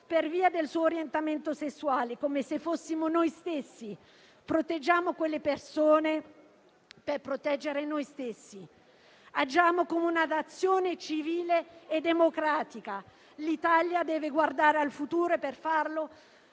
per via del proprio orientamento sessuale, come se fossimo noi stessi. Proteggiamo quelle persone per proteggere noi stessi. Agiamo come una Nazione civile e democratica. L'Italia deve guardare al futuro, e per farlo